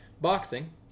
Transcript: boxing